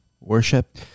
worship